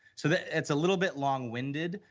so, it's a little bit long winded,